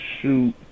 shoot